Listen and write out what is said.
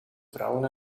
vrouwen